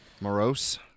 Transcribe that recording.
morose